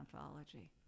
anthology